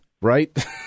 right